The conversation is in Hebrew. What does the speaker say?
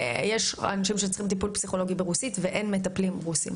יש אנשים שצריכים טיפול פסיכולוגי ברוסית ואין מטפלים רוסים.